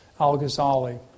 al-Ghazali